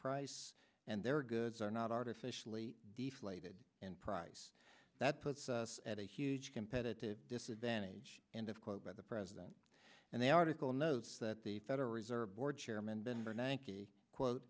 price and their goods are not artificially deflated in price that puts us at a huge competitive disadvantage and of course by the president and the article knows that the federal reserve board chairman ben bernanke